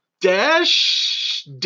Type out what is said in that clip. Dash